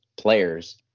players